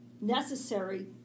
necessary